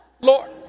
Lord